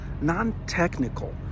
non-technical